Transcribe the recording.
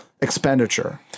expenditure